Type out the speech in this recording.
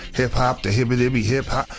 hip hop to hibby dibby hip hop.